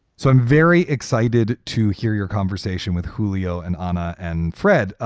so i'm very excited to hear your conversation with julia and honor. and fred,